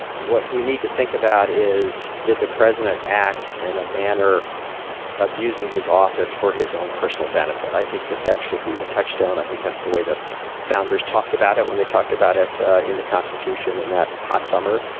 what we need to think about is did the president act in a manner abusing his office for his own personal benefit? i think that that should be the touchstone. i think that's the way the founders talked about it when they talked about it in the constitution in that hot summer.